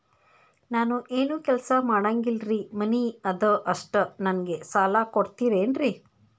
ನಾನು ಏನು ಕೆಲಸ ಮಾಡಂಗಿಲ್ರಿ ಮನಿ ಅದ ಅಷ್ಟ ನನಗೆ ಸಾಲ ಕೊಡ್ತಿರೇನ್ರಿ?